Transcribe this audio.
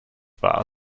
wahr